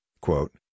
quote